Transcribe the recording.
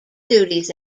duties